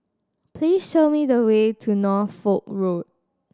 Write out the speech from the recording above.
please show me the way to Norfolk Road